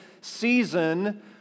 season